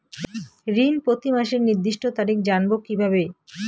ঋণ প্রতিমাসের নির্দিষ্ট তারিখ জানবো কিভাবে?